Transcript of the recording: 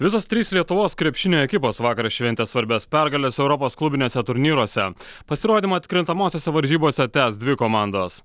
visos trys lietuvos krepšinio ekipos vakar šventė svarbias pergales europos klubiniuose turnyruose pasirodymą atkrintamosiose varžybose tęs dvi komandos